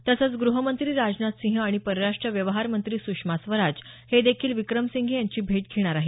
तसंच ग्रहमंत्री राजनाथ सिंह आणि परराष्ट्र व्यवहार मंत्री सुषमा स्वराज हे देखील विक्रमसिंघे यांची भेट घेणार आहेत